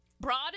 Broad